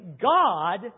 God